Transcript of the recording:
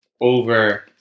over